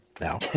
now